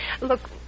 Look